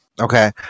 Okay